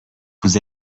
vous